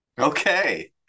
Okay